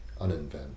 uninvent